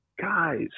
guys